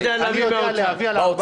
אתה יודע להביא מהאוצר?